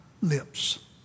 lips